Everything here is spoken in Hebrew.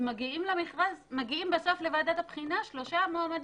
בסוף מגיעים לוועדת הבחינה שלושה מועמדים.